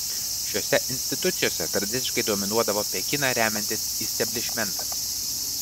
šiose institucijose tradiciškai dominuodavo pekiną remiantis isteblišmentas